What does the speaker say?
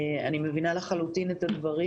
אני מבינה לחלוטין את הדברים,